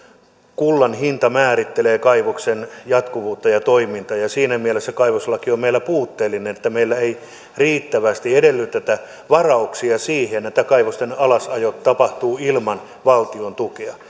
kullan hinta määrittelee kaivoksen jatkuvuutta ja toimintaa ja siinä mielessä kaivoslaki on meillä puutteellinen että meillä ei riittävästi edellytetä varauksia siihen että kaivosten alasajot tapahtuvat ilman valtion tukea